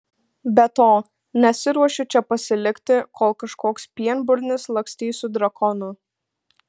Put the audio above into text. be to nesiruošiu čia pasilikti kol kažkoks pienburnis lakstys su drakonu